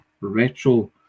retro